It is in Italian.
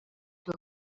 tue